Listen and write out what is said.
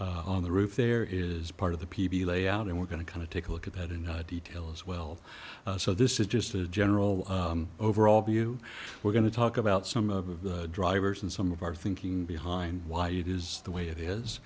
on the roof there is part of the p v layout and we're going to kind of take a look at it in detail as well so this is just a general overall view we're going to talk about some of the drivers and some of our thinking behind why it is the way it